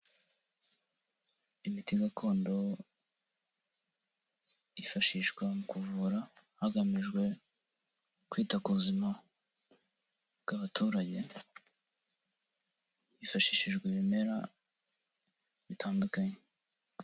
Imiti gakondo ifashishwa mu kuvura hagamijwe kwita ku buzima bw'abaturage, hifashishijwe ibimera bitandukanye.